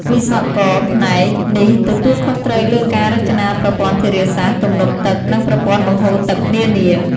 វិស្វករផ្នែកនេះទទួលខុសត្រូវលើការ រចនាប្រព័ន្ធធារាសាស្ត្រ ទំនប់ទឹក និងប្រព័ន្ធបង្ហូរទឹក នានា។